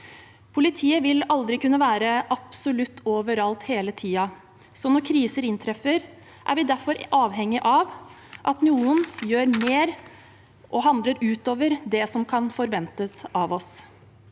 Politiet vil aldri kunne være absolutt overalt hele tiden, så når kriser inntreffer, er vi derfor avhengig av at noen gjør mer, og handler utover det som kan forventes av oss.